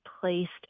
placed